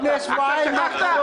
אתה שכחת?